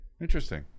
Interesting